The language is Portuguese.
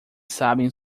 sabem